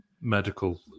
medical